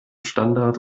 standard